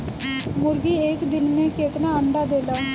मुर्गी एक दिन मे कितना अंडा देला?